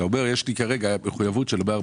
קריית שמונה,